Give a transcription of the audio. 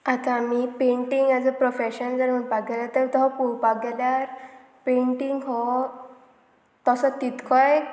आतां आमी painting as a profession जर म्हणपाक गेल्यार तर तो पळोवपाक गेल्यार पेंटींग हो तसो तितकोय